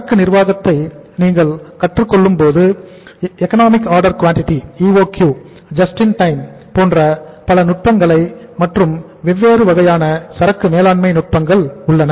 சரக்கு நிர்வாகத்தை நீங்கள் கற்றுக்கொள்ளும்போது எக்கனாமிக்ஆர்டர் குவாண்டிடி JIT போன்ற பல நுட்பங்களை மற்றும் வெவ்வேறு வகையான சரக்கு மேலாண்மை நுட்பங்கள் உள்ளன